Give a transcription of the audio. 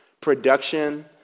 production